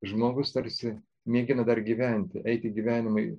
žmogus tarsi mėgina dar gyventi eiti gyvenimui